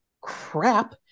crap